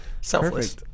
selfless